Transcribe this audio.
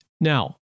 Now